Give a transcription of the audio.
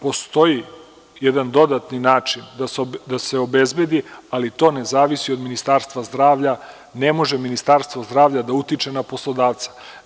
Postoji jedan dodatni način da se obezbedi, ali to ne zavisi od Ministarstva zdravlja, ne može Ministarstvo zdravlja da utiče na poslodavca.